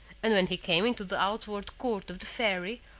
and when he came into the outward court of the fairy,